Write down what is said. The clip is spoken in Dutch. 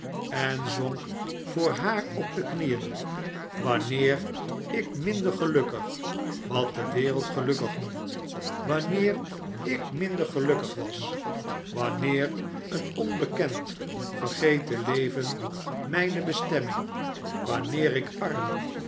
en zonk voor haar op de knieën wanneer ik minder gelukkig wat de wereld gelukkig noemt wanneer ik minder gelukkig was wanneer een onbekend vergeten leven mijne bestemming wanneer ik arm